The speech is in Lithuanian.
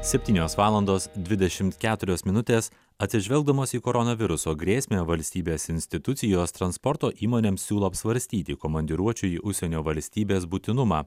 septynios valandos dvidešimt keturios minutės atsižvelgdamos į koronaviruso grėsmę valstybės institucijos transporto įmonėms siūlo apsvarstyti komandiruočių į užsienio valstybes būtinumą